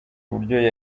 uburyo